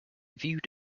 viewed